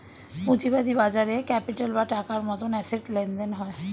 পুঁজিবাদী বাজারে ক্যাপিটাল বা টাকার মতন অ্যাসেট লেনদেন হয়